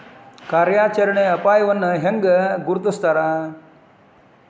ಕಾರ್ಯಾಚರಣೆಯ ಅಪಾಯವನ್ನ ಹೆಂಗ ಗುರ್ತುಸ್ತಾರ